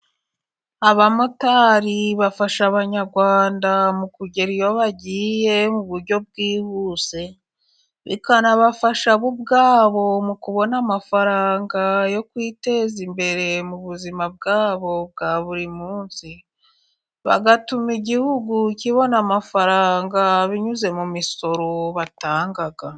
Abamotari bafasha Abanyarwanda mu kugera iyo bagiye mu buryo bwihuse, bikanabafasha bo ubwabo mu kubona amafaranga yo kwiteza imbere mu buzima bwabo bwa buri munsi, bagatuma igihugu kibona amafaranga binyuze mu misoro batanga.